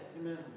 Amen